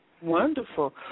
Wonderful